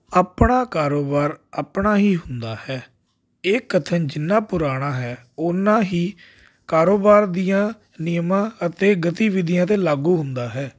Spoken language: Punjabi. ਆਪਣਾ ਕਾਰੋਬਾਰ ਆਪਣਾ ਹੀ ਹੁੰਦਾ ਹੈ ਇਹ ਕਥਨ ਜਿੰਨਾ ਪੁਰਾਣਾ ਹੈ ਉੰਨਾ ਹੀ ਕਾਰੋਬਾਰ ਦੀਆਂ ਨਿਯਮਾਂ ਅਤੇ ਗਤੀਵਿਧੀਆਂ 'ਤੇ ਲਾਗੂ ਹੁੰਦਾ ਹੈ